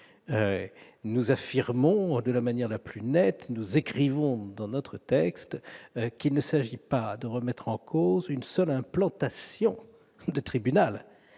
Nous affirmons de la manière la plus nette, nous écrivons dans notre texte qu'il ne s'agit pas de remettre en cause une seule implantation de tribunal.